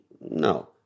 no